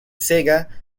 sega